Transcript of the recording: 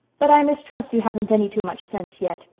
but i mistrust you haven't any too much sense yet.